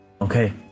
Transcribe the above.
Okay